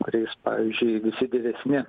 kuriais pavyzdžiui jeigu visi didesni